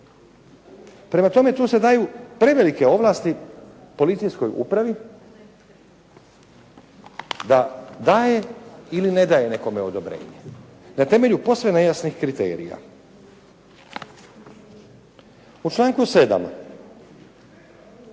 Prema tome tu se daju prevelike ovlasti policijskoj upravi da daje ili ne daje nekome odobrenje na temelju posve nejasnih kriterija. U članku 7.